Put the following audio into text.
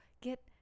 get